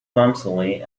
clumsily